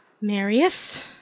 Marius